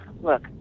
Look